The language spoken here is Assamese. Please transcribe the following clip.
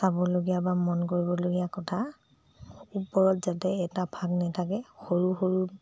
চাবলগীয়া বা মন কৰিবলগীয়া কথা ওপৰত যাতে এটা ফাঁক নাথাকে সৰু সৰু